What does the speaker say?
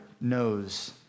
knows